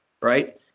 right